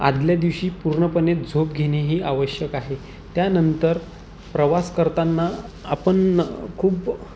आधल्या दिवशी पूर्णपणे झोप घेणे ही आवश्यक आहे त्यानंतर प्रवास करताना आपण खूप